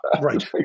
Right